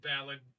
valid